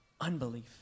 unbelief